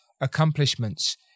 accomplishments